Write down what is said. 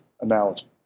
analogy